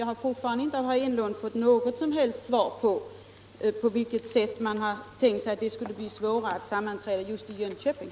Jag har fortfarande inte av herr Enlund fått något svar på frågan varför det skulle bli svårare att sammanträda just i Jönköping.